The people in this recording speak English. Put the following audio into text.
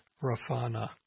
Rafana